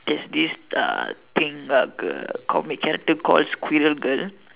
there's this uh thing lah like a comic that's called squirrel girl